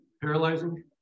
Paralyzing